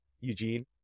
Eugene